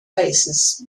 passes